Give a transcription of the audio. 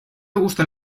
gustan